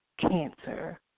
Cancer